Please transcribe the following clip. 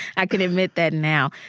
i can admit that now.